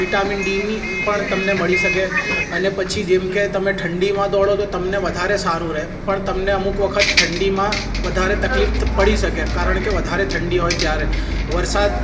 vitamin ડીની પણ તમને મળી શકે અને પછી જેમ કે તમે ઠંડીમાં દોડો તો તમને વધારે સારું રહે પણ તમને અમુક વખત ઠંડીમાં વધારે તકલીફ પડી શકે કારણ કે વધારે ઠંડી હોય ત્યારે વરસાદ